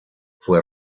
fue